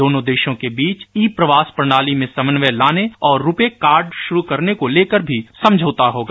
दोनों देशों के बीच ई प्रवास प्रणाली में समन्वय लाने और रुपे कार्ड शुरू करने को लेकर भी समझौता होगा